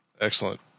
excellent